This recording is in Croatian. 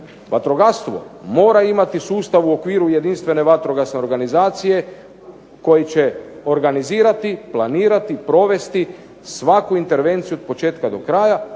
Vatrogastvo mora imati sustav u okviru jedinstvene vatrogasne organizacije koji će organizirati, planirati, provesti svaku intervenciju od početka do kraja